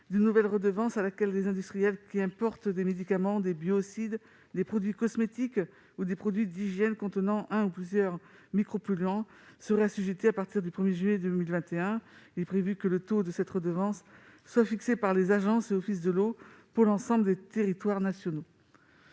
une nouvelle redevance, à laquelle les industriels qui importent des médicaments, des biocides, des produits cosmétiques ou des produits d'hygiène contenant un ou plusieurs micropolluants seraient assujettis à partir du 1 juillet 2021. Il est prévu que le taux de cette redevance soit fixé par les agences et offices l'eau pour l'ensemble du territoire national.